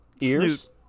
Ears